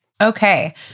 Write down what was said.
Okay